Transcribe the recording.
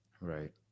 Right